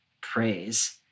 praise